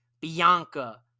Bianca